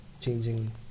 changing